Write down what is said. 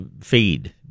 feed